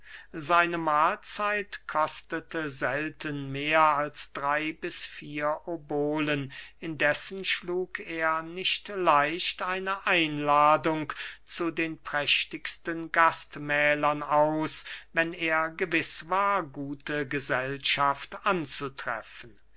seine mahlzeit kostete selten mehr als drey bis vier obolen indessen schlug er nicht leicht eine einladung zu den prächtigsten gastmählern aus wenn er gewiß war gute gesellschaft anzutreffen